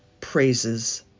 praises